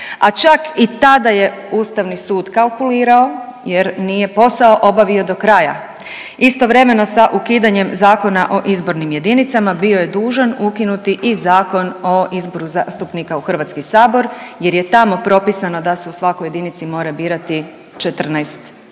a čak i tada je ustavni sud kalkulirao jer nije posao obavio do kraja, istovremeno sa ukidanjem Zakona o izbornim jedinicama bio je dužan ukinuti i Zakon o izboru zastupnika u HS jer je tamo propisano da se u svakoj jedinici mora birati 14 zastupnika.